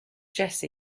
jesse